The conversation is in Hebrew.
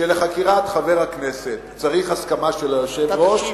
שלפיו בחקירת חבר הכנסת צריך הסכמה של היושב-ראש,